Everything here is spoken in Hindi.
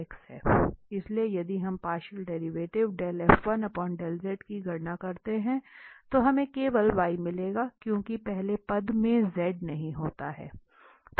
इसलिए यदि हम पार्शियल डेरिवेटिव की गणना करते हैं तो हमें केवल y मिलेगा क्योंकि पहले पद में z नहीं है